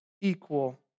equal